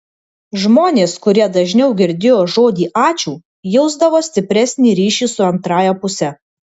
žmonės kurie dažniau girdėjo žodį ačiū jausdavo stipresnį ryšį su antrąja puse